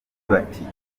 bati